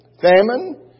Famine